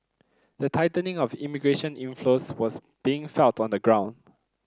the tightening of immigration inflows was being felt on the ground